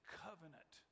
covenant